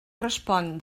respon